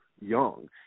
young